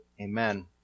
Amen